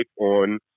on